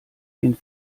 den